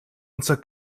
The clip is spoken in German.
unser